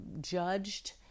judged